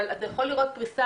אבל אתה יכול לראות פריסה,